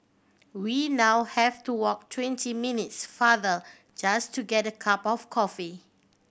we now have to walk twenty minutes farther just to get a cup of coffee